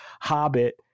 hobbit